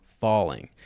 falling